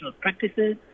practices